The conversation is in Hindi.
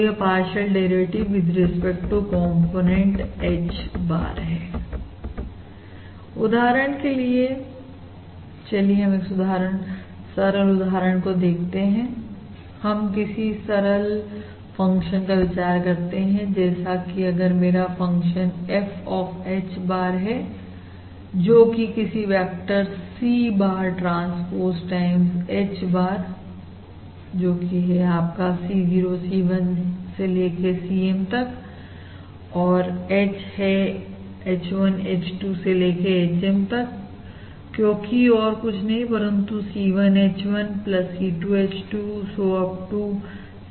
यह partial derivative with respect to component H bar है उदाहरण के लिए चलिए हम एक सरल उदाहरण को देखते हैं हम किसी सरल फंक्शन का विचार करते हैं जैसे कि अगर मेरा function F of H bar है जो कि किसी vector C bar transpose times H bar जोकि है आपका C0 C1 CM तक और H है H1H2HM तक क्योंकि और कुछ नहीं परंतु C1 H1 C2 H2 so on up to CM HM है